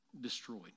destroyed